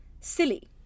silly